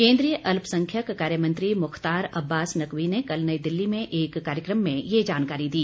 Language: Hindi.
केंद्रीय अल्पसंख्यक कार्य मंत्री मुख्तार अब्बास नकवी ने कल नई दिल्ली में एक कार्यक्रम में ये जानकारी दी